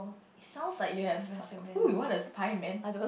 sounds like you have who you wanna spy man